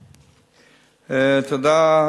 תודה,